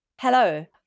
Hello